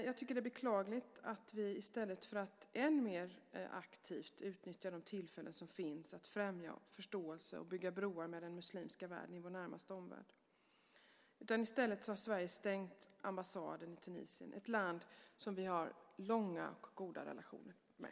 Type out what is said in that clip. Jag tycker att det är beklagligt att vi i Sverige, i stället för att än mer aktivt utnyttja de tillfällen som finns att främja förståelse och bygga broar med den muslimska världen i vår närmaste omvärld, har stängt ambassaden i Tunisien, ett land som vi har haft långa och goda relationer med.